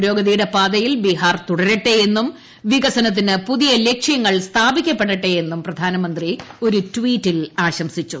പുരോഗതിയുടെ പാതയിൽ ബീഹാർ തുടരട്ടെ എന്നും വികസനത്തിന് പുതിയ ലക്ഷൃങ്ങൾ സ്ഥാപിക്കപ്പെടെട്ടേയെന്നും പ്രധാനമന്ത്രി ഒരു ട്യീറ്റിൽ ആശംസിച്ചു